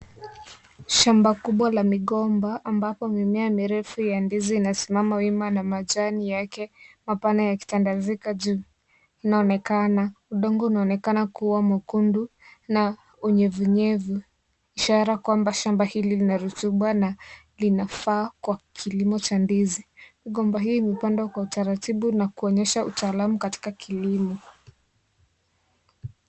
Shamba kubwa la migomba ambapo mimea mirefu ya ndizi inasimama wima na majani yake mapana yakitandazika unaonekana . Udongo unaonekana kuwa mwekundu na unyevu nyevu, ishara kwamba shamba hili lina rutuba na lina kifaa Kwa kilimo cha ndizi . Migomba bio imepandwa kwa utaratibu na kuonyesha utaamu katika kilimo.